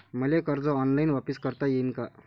मले कर्ज ऑनलाईन वापिस करता येईन का?